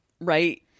right